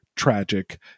tragic